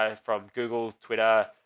um from google, twitter,